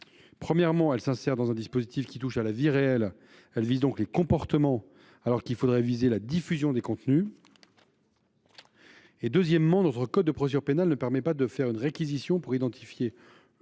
Premièrement, elle s’insère dans un dispositif qui touche la vie réelle : elle vise les comportements, alors qu’il faudrait cibler la diffusion de contenus. Deuxièmement, notre code de procédure pénale ne permet pas de procéder à une réquisition pour identifier